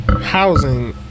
housing